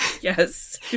Yes